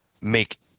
make